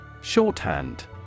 Shorthand